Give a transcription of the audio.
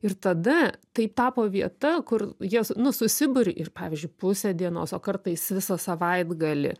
ir tada tai tapo vieta kur jie nu susiburi ir pavyzdžiui pusę dienos o kartais visą savaitgalį